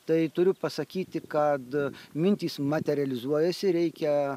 tai turiu pasakyti kad mintys materializuojasi reikia